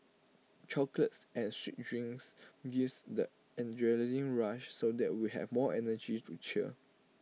chocolates and sweet drinks gives the adrenaline rush so that we have more energy to cheer